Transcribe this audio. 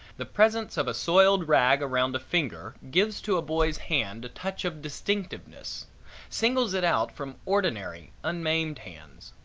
the presence of a soiled rag around a finger gives to a boy's hand a touch of distinctiveness singles it out from ordinary unmaimed hands.